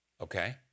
Okay